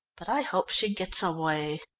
but i hope she gets away.